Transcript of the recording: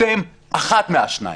אתם אחד מהשניים,